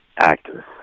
actors